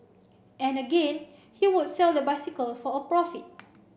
and again he would sell the bicycle for a profit